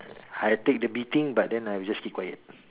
I take the beating but then I'll just keep quiet